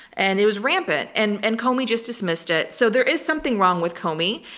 and it was rampant, and and comey just dismissed it. so there is something wrong with comey,